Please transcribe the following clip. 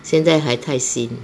现在还太新